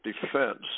Defense